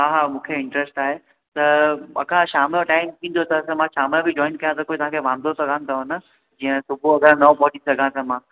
हा हा मूंखे इन्ट्रस्ट आहे त मूंखां शाम जो टाईम थींदो त मां शाम जो बि जॉइन कयां त तव्हांखे कोई वांदो त कोनि अथव न जीअं सुबुहु अगरि न पहुचीं सघां त मां